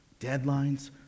deadlines